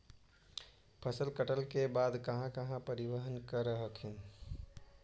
फसल कटल के बाद कहा कहा परिबहन कर हखिन?